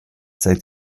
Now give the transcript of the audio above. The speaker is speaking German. seit